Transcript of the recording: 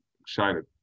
excited